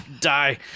die